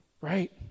Right